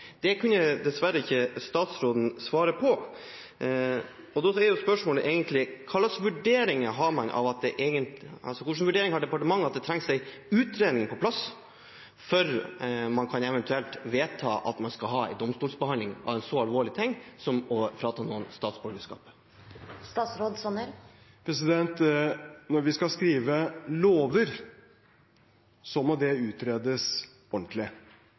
Det kunne statsråden dessverre ikke svare på. Da er spørsmålet: Hva slags vurdering har departementet av om det må være en utredning på plass før man eventuelt kan vedta at det skal være en domstolsbehandling av noe så alvorlig som å frata noen et statsborgerskap? Når vi skal skrive lover, må det utredes ordentlig.